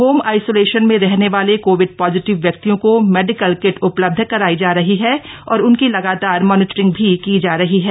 home isolation में रहने वाले कोविड पॉजीटिव व्यक्तियों को मेडिकल किट उपलब्ध करायी जा रही है और उनकी लगातार मॉनिटरिंग भी की जा रही है